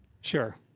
Sure